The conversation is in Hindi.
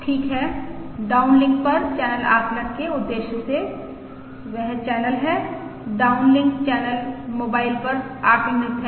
ठीक है डाउनलिंक पर चैनल आकलन के उद्देश्य से वह चैनल है डाउनलिंक चैनल मोबाइल पर आकलनित है